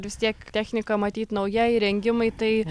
ir vis tiek technika matyt nauja įrengimai tai